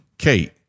Kate